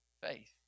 Faith